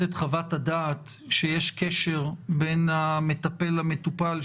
את חוות הדעת שיש קשר בין המטפל למטופל,